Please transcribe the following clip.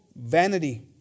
vanity